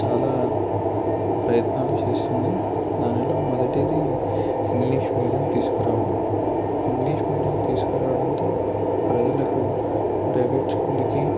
చాలా ప్రయత్నాలు చేస్తుంది దానిలో మొదటిది ఇంగ్లీష్ మీడియం తీసుకురావడం ఇంగ్లీష్ మీడియం తీసుకురావడంతో ప్రజలకు ప్రవేట్ స్కూల్కి